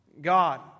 God